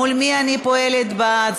מול מי אני פועלת בהצבעה?